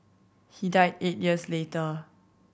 he died eight years later